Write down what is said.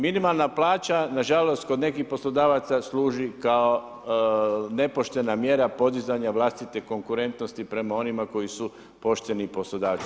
Minimalna plaća, nažalost, kod nekih poslodavaca služi, kao nepoštena mjera podizanja vlastitim konkurentnosti prema onima koji su pošteni poslodavci.